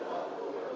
Благодаря,